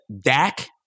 Dak